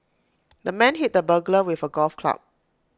the man hit the burglar with A golf club